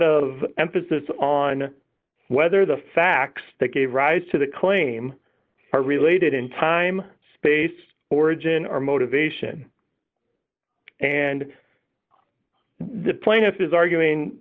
of emphasis on whether the facts that gave rise to the claim are related in time space origin or motivation and the plaintiff is arguing